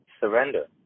surrender